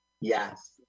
Yes